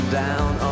down